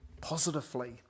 Positively